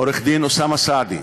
עורך-הדין אוסאמה סעדי,